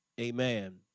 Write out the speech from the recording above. amen